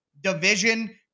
division